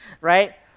right